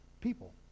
people